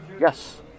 Yes